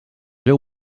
veu